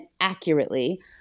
accurately